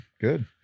Good